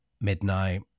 midnight